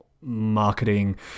marketing